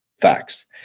Facts